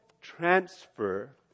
transfer